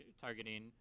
targeting